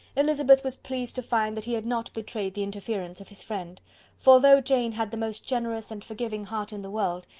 elizabeth was pleased to find that he had not betrayed the interference of his friend for, though jane had the most generous and forgiving heart in the world,